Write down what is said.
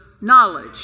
knowledge